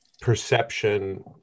perception